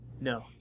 No